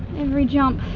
every jump.